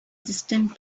distant